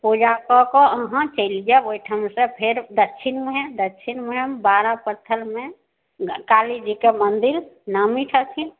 पूजा कऽ कऽ अहाँ चलि जायब ओहिठामसँ फेर दक्षिण मुँहे दक्षिण मुँहे बारा पत्थलमे काली जीके मन्दिर नामी छथिन